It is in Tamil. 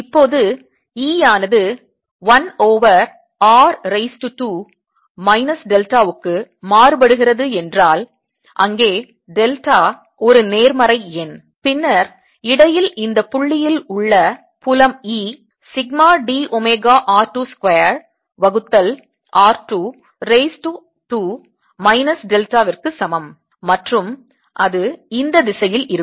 இப்போது E ஆனது 1 over r raise to 2 minus டெல்டாவுக்கு மாறுபடுகிறது என்றால் அங்கே டெல்டா ஒரு நேர்மறை எண் பின்னர் இடையில் இந்த புள்ளியில் உள்ள புலம் E sigma d omega r 2 square வகுத்தல் r 2 raise to 2 minus delta ற்கு சமம் மற்றும் அது இந்த திசையில் இருக்கும்